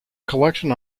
collection